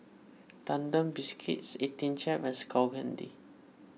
London Biscuits eighteen Chef and Skull Candy